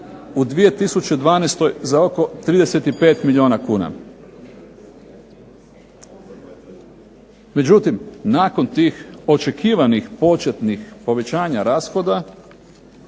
u 2012. za oko 35 milijuna kuna. Međutim, nakon tih očekivanih početnih povećanja rashoda